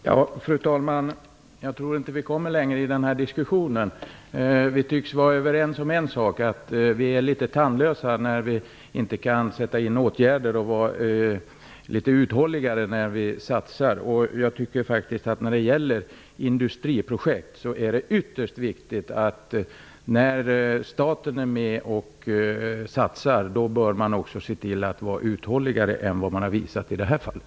Fru talman! Jag tror inte att vi kommer längre i den här diskussionen. Men vi tycks vara överens om en sak, att vi är litet tandlösa när vi inte kan sätta in åtgärder och vara litet uthålligare när vi satsar. När det gäller industriprojekt är det ytterst viktigt att statens satsningar är uthålligare än de har visat sig vara i det här fallet.